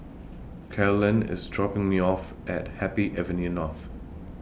Carlyn IS dropping Me off At Happy Avenue North